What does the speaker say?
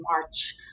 March